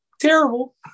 Terrible